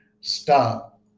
Stop